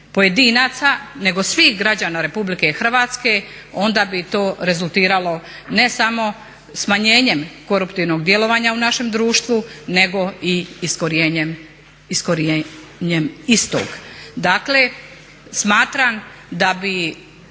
pojedinaca nego svih građana Republike Hrvatske onda bi to rezultiralo ne samo smanjenjem koruptivnog djelovanja u našem društvu nego iskorjenjem istog. Dakle smatram da bi